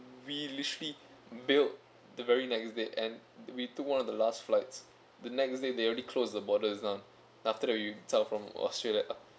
we literally bailed the very next date and we took one of the last flights the next day they already close the borders lah then after that we zao from australia